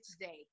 today